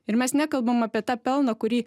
ir mes nekalbam apie tą pelną kurį